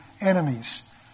enemies